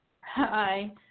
Hi